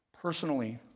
Personally